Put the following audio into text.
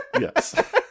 yes